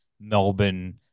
Melbourne